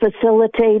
facilitate